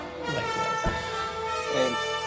Thanks